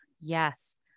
yes